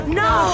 no